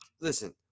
listen